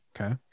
Okay